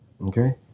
Okay